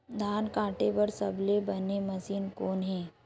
धान काटे बार सबले बने मशीन कोन हे?